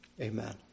Amen